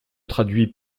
traduit